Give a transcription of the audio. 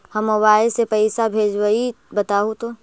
हम मोबाईल से पईसा भेजबई बताहु तो?